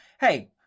hey